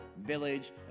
Village